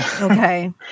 Okay